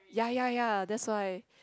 ya ya ya that's why